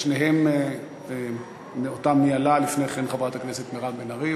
שניהלה אותן לפני כן חברת הכנסת מירב בן ארי,